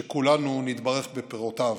שכולנו נתברך בפירותיו.